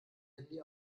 handy